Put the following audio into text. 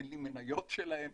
אין לי מניות שלהן.